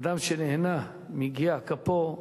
אדם שנהנה מיגיע כפו,